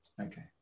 Okay